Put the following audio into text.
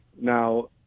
Now